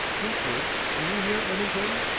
kirkwood, do you hear anything?